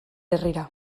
herrira